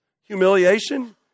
humiliation